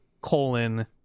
colon